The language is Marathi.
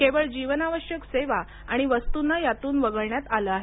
केवळ जीवनावश्यक सेवा आणि वस्तूंना यातून वगळण्यात आलं आहे